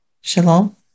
Shalom